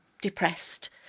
depressed